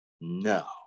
No